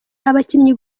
abakinnyi